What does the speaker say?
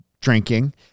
drinking